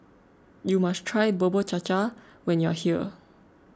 you must try Bubur Cha Cha when you are here